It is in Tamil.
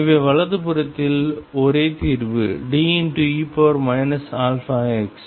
எனவே வலது புறத்தில் ஒரே தீர்வு D e αx